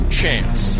chance